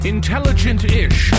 Intelligent-ish